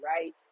right